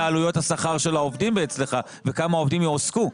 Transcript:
עלויות השכר של העובדים אצלך וכמה עובדים יועסקו.